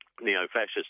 neo-fascist